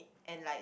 and like